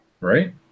Right